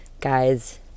guys